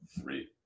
three